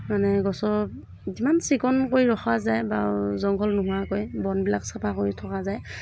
মানে গছৰ যিমান চিকুণ কৰি ৰখা যায় বা জংঘল নোহোৱাকৈ বনবিলাক চাফা কৰি থকা যায়